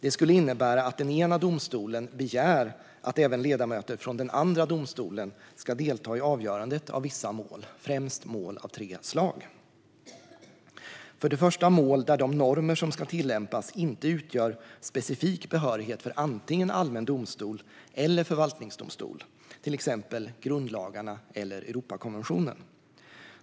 Det skulle innebära att den ena domstolen begär att även ledamöter från den andra domstolen ska delta i avgörandet av vissa mål, främst mål av tre slag: För det första handlar det om mål där de normer som ska tillämpas inte utgör specifik behörighet för antingen allmän domstol eller förvaltningsdomstol, till exempel grundlagarna eller Europakonventionen.